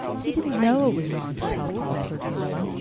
he didn't know it was wrong to tell falsehoods, marilla.